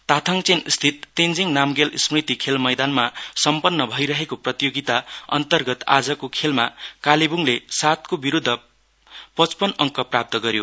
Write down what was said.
तथाङचेन स्थित तेञ्जीङ नामग्याल स्मृति खेलमैदानमा सम्पन्न भइरहेको प्रतियोगिता अन्तर्गत आजको खेलमा कालेबुङले सताको विरुद्ध पचपन अङ्क प्राप्त गर्यो